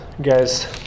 guys